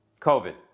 COVID